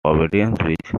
obedience